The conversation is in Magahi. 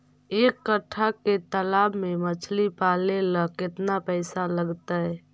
एक कट्ठा के तालाब में मछली पाले ल केतना पैसा लगतै?